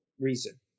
reason